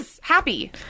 Happy